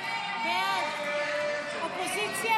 לסעיף 51